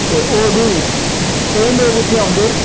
ते होर बी केईं लोक उत्थे औंदे